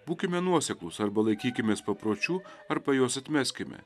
būkime nuoseklūs arba laikykimės papročių arba juos atmeskime